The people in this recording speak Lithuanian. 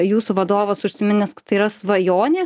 jūsų vadovas užsiminęs tai yra svajonė